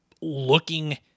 looking